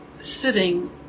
sitting